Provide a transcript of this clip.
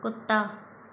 कुत्ता